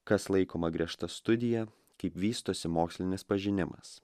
kas laikoma griežta studija kaip vystosi mokslinis pažinimas